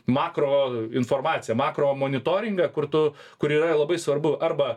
makro informaciją makro monitoringą kur tu kur yra labai svarbu arba